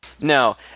No